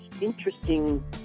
interesting